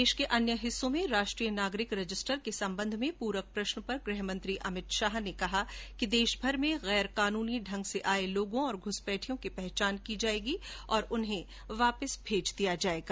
देश के अन्य हिस्सों मे राष्ट्रीय नागरिक रजिस्टर के संबंध मे पूरक प्रश्न पर गृहमंत्री अमित शाह ने कहा कि देशभर में गैरकानूनी ढंग से आये लोगोंऔर घुसपैठियों की पहचान की जायेगी और उन्हें वापस भेज दिया जायेगा